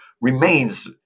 remains